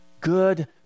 good